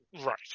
Right